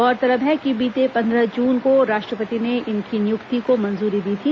गौरतलब है कि बीते पंद्रह जून को राष्ट्रपति ने इनकी नियुक्ति को मंजूरी दी थी